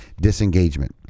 disengagement